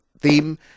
theme